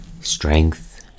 strength